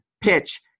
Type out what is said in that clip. pitch